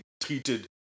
treated